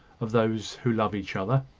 of those who love each other.